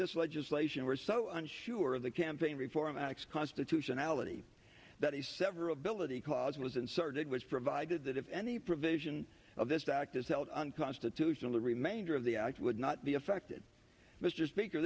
this legislation were so unsure of the campaign reform acts constitutionality that the severability clause was inserted which provided that if any provision of this act is held unconstitutional the remainder of the act would not be affected mr speaker